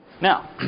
Now